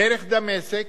דרך דמשק,